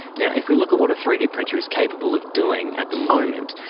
yeah if we look at what a three d printer is capable of doing at the moment,